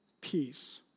peace